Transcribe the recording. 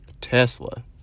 Tesla